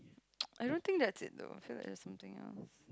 I don't think that's it though I feel like there's something else